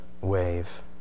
wave